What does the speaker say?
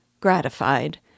gratified